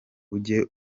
ujye